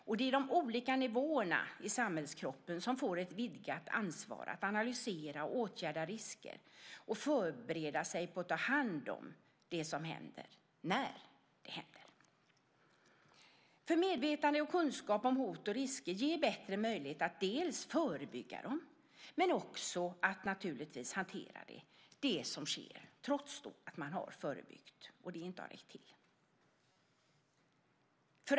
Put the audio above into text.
Och det är de olika nivåerna i samhällskroppen som får ett vidgat ansvar att analysera och åtgärda risker och förbereda sig på att ta hand om det som händer när det händer. Medvetenhet och kunskap om hot och risker ger bättre möjligheter att förebygga dem men naturligtvis också att hantera det som sker, när det, trots att man förebyggt, inte räckt.